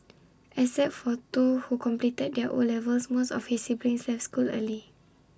except for two who completed their O levels most of his siblings left school early